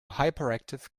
hyperactive